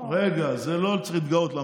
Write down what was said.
רגע, בזה לא צריך להתגאות.